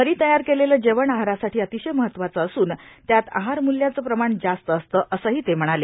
घरी तयार केलेलं जेवण आहारासाठी अतिशय महत्वाचं असून त्यात आहारम्ल्याचं प्रमाण जास्त असतं असंही ते म्हणाले